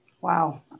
Wow